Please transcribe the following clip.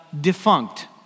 defunct